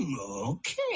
Okay